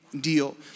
Deal